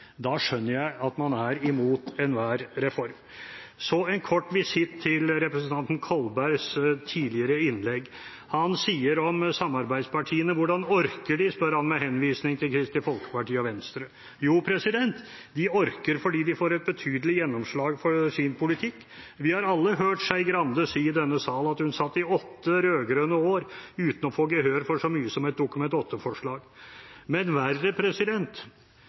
da skjønner jeg at man er imot enhver reform. Så en kort visitt til representanten Kolbergs tidligere innlegg. Han sier om samarbeidspartiene: Hvordan orker de, spør han, med henvisning til Kristelig Folkeparti og Venstre. Jo, de orker fordi de får et betydelig gjennomslag for sin politikk. Vi har alle hørt Skei Grande si i denne sal at hun satt i åtte rød-grønne år uten å få gehør for så mye som et Dokument 8-forslag. Men verre,